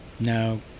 No